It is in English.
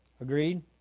Agreed